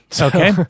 Okay